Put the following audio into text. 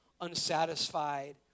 unsatisfied